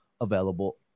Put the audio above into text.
available